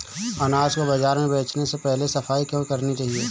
अनाज को बाजार में बेचने से पहले सफाई क्यो करानी चाहिए?